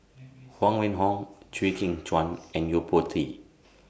Huang Wenhong Chew Kheng Chuan and Yo Po Tee